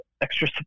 extra